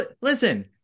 listen